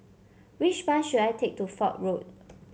which bus should I take to Fort Road